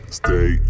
stay